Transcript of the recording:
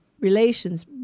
relations